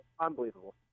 Unbelievable